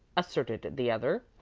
asserted the other.